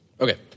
Okay